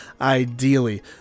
ideally